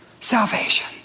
salvation